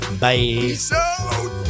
Bye